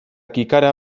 kikara